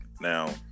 Now